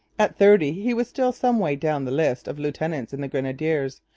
at thirty he was still some way down the list of lieutenants in the grenadiers,